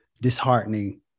disheartening